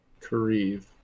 Kareev